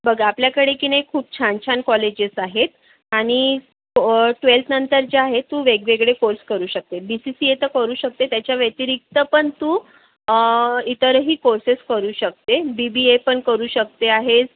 बघ आपल्याकडे की नाही खूप छान छान कॉलेजेस आहेत आणि ट्वेल्थनंतर जे आहे तू वेगवेगळे कोर्स करू शकते बी सी सी ए तर करू शकते त्याच्या व्यतिरिक्त पण तू इतरही कोर्सेस करू शकते बी बी ए पण करू शकते आहे